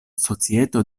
societo